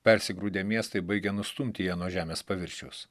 persigrūdę miestai baigia nustumti ją nuo žemės paviršiaus